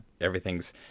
everything's